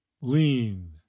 lean